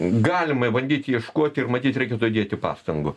galima bandyti ieškoti ir matyt reikėtų dėti pastangų